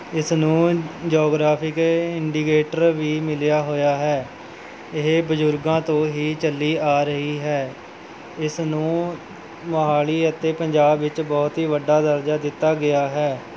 ਇਸ ਨੂੰ geographic indicator ਵੀ ਮਿਲਿਆ ਹੋਇਆ ਹੈ ਇਹ ਬਜ਼ੁਰਗਾਂ ਤੋਂ ਹੀ ਚੱਲੀ ਆ ਰਹੀ ਹੈ ਇਸ ਨੂੰ ਮੋਹਾਲੀ ਅਤੇ ਪੰਜਾਬ ਵਿੱਚ ਬਹੁਤ ਹੀ ਵੱਡਾ ਦਰਜਾ ਦਿੱਤਾ ਗਿਆ ਹੈ